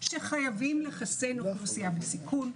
שחייבים לחסן אוכלוסייה בסיכון,